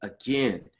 again